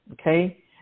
okay